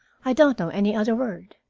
i don't know any other word.